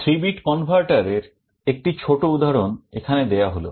3 bit conveter এর একটি ছোট উদাহরণ এখানে দেয়া হলো